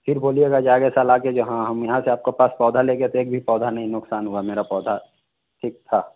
फिर बोलिएगा जो आगे साल आके जो हाँ हम यहाँ से आपको पास पौधा ले गए थे एक भी पौधा नहीं नुकसान हुआ मेरा पौधा ठीक था